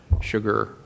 sugar